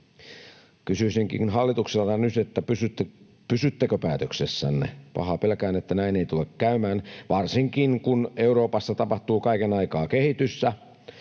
Kysyisinkin hallitukselta nyt: pysyttekö päätöksessänne? Pahaa pelkään, että näin ei tule käymään — varsinkin kun Euroopassa tapahtuu kaiken aikaa kehitystä,